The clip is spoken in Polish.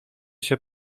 się